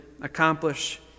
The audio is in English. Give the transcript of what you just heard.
accomplish